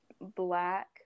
black